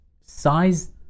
size